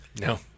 no